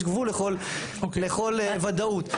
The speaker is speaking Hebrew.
יש גבול לכל ודאות.